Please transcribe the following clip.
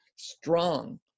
strong